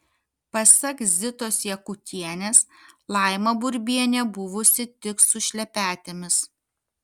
pasak zitos jakutienės laima burbienė buvusi tik su šlepetėmis